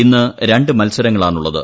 ഇന്ന് രണ്ട് മൽസരങ്ങളാണുള്ളത്